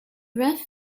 ref